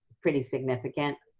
pretty significant.